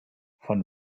von